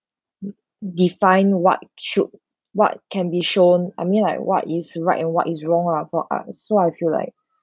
um mm define what should what can be shown I mean like what is right and what is wrong lah for art uh so I feel like